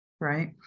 right